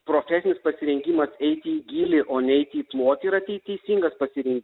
profesinis pasirengimas eiti į gylį o neiti į plotį yra tei teisingas pasirink